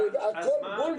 הכול בולשיט.